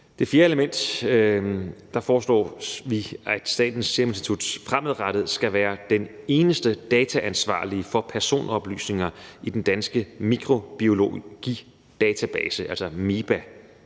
Det fjerde element er, at vi foreslår, at Statens Serum Institut fremadrettet skal være den eneste dataansvarlige for personoplysninger i Den Danske Mikrobiologidatabase, altså MiBa,